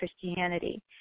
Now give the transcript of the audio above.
Christianity